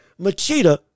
Machida